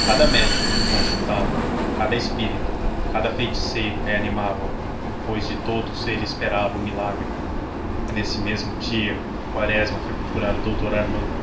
cada médico que consultava cada espírita cada feiticeiro reanimava o pois de todos eles esperava o milagre nesse mesmo dia quaresma foi procurar o doutor armando